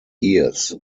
years